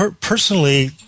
Personally